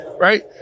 Right